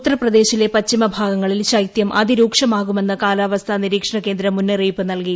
ഉത്തർപ്രദേശിലെ പശ്ചിമ ഭാഗങ്ങളിൽ ശൈത്യം അതിരൂക്ഷമാകുമെന്ന് കാലൂപ്പ്സ്ഥ നിരീക്ഷണ കേന്ദ്രം മുന്നറിയിപ്പ് നൽകി